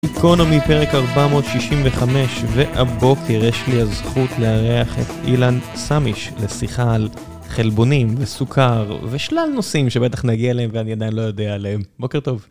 גיקונומי פרק 465, והבוקר יש לי הזכות לארח את אילן סמיש לשיחה על חלבונים וסוכר ושלל נושאים שבטח נגיע אליהם ואני עדיין לא יודע עליהם. בוקר טוב.